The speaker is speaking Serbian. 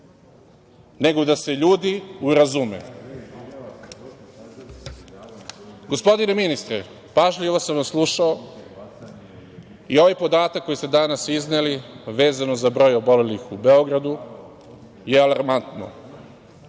nego da se ljudi urazume. Gospodine ministre, pažljivo sam vas slušao i ovaj podatak koji ste danas izneli, vezano za broj obolelih u Beogradu, je alarmantan.